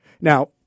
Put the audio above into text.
Now